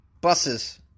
buses